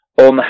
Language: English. on